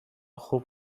خوب